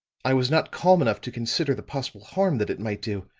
i was not calm enough to consider the possible harm that it might do.